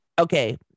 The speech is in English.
Okay